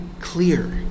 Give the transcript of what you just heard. clear